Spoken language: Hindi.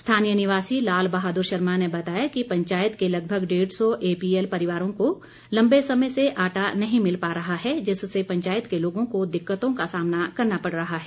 स्थानीय निवासी लाल बहादुर शर्मा ने बताया कि पंचायत के लगभग डेढ़ सौ एपीएल परिवारों को लंबे समय से आटा नहीं मिल पा रहा है जिससे पंचायत के लोगों को दिक्कतों का सामना करना पड़ रहा है